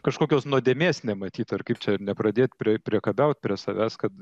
kažkokios nuodėmės nematyt ar kaip čia nepradėt prie priekabiaut prie savęs kad